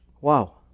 Wow